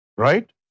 Right